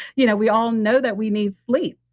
you know we all know that we need sleep,